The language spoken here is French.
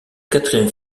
quatrième